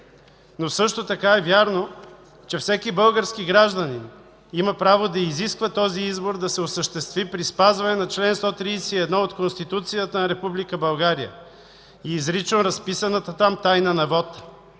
Но също така е вярно, че всеки български гражданин има право да изисква този избор да се осъществи при спазване на чл. 131 от Конституцията на Република България и изрично разписаната там тайна на вота.